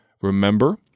Remember